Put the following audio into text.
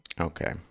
Okay